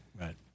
Right